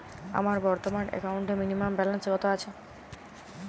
আমার বর্তমান একাউন্টে মিনিমাম ব্যালেন্স কত আছে?